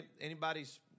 anybody's